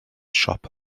siop